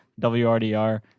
WRDR